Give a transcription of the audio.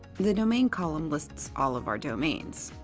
the domain column lists all of our domains.